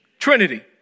Trinity